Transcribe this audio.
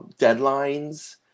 deadlines